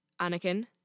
Anakin